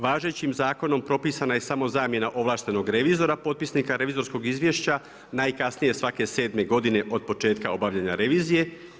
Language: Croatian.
Važećim zakonom propisana je samo zamjena ovlaštenog revizora potpisnika revizorskog izvješća najkasnije svake sedme godine od početka obavljanja revizije.